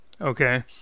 Okay